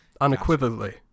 Unequivocally